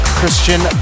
Christian